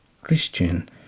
Christian